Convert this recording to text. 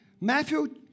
Matthew